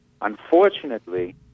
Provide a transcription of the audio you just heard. Unfortunately